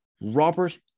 Robert